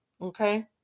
okay